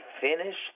finished